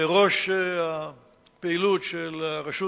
בראש הפעילות של רשות